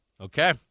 Okay